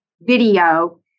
video